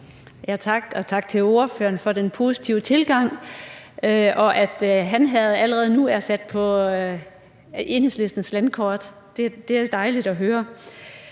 Tak til ordføreren for den positive tilgang. Og at Han Herred allerede nu er sat på Enhedslistens landkort, er dejligt at høre.